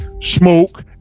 smoke